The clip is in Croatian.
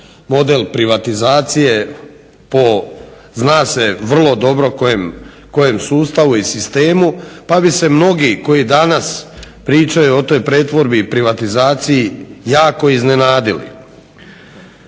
model privatizacije po zna se vrlo dobro kojem sustavu i sistemu pa bi se mnogi koji danas pričaju o toj pretvorbi i privatizaciji jako iznenadili.